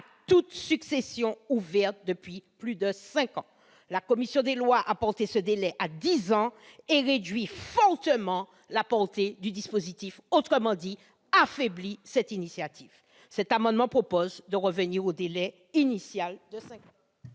toute succession ouverte depuis plus de cinq ans. La commission des lois, en portant ce délai à dix ans, a réduit fortement la portée du dispositif et a, autrement dit, affaibli cette initiative. Nous souhaitons donc en revenir au délai initial de cinq ans.